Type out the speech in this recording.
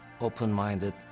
Open-minded